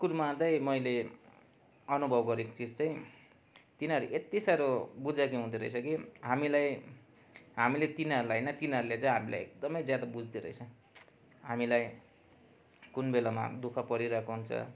कुकुरमा चाहिँ मैले अनुभव गरेको चिज चाहिँ तिनीहरू यति साह्रो बुजाकी हुँदोरहेछ कि हामीलाई हामीले तिनीहरूलाई होइन तिनीहरूले चाहिँ हामीलाई एकदमै ज्यादा बुझ्दो रहेछ हामीलाई कुन बेलामा दुःख परिरहेको हुन्छ